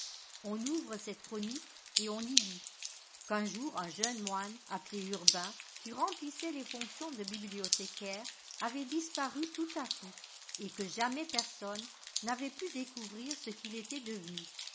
on ouvre cette chronique et on y lit qu'un jour un jeune moine appelé urbain qui remplissait les fonctions de bibliothécaire avait disparu tout à coup et que jamais personne n'avait pu découvrir ce qu'il était devenu